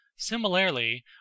Similarly